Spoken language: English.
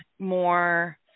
more